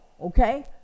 okay